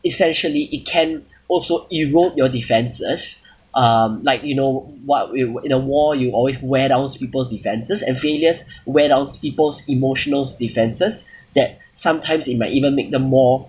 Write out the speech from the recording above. essentially it can also erode your defenses um like you know what we w~ in a war you always wear down people's defences and failures wear down people's emotional defenses that sometimes it might even make them more